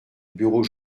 bureau